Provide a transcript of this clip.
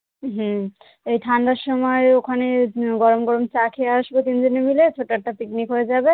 হুম এই ঠান্ডার সময় ওখানে গরম গরম চা খেয়ে আসবো তিনজনে মিলে ছোটো একটা পিকনিক হয়ে যাবে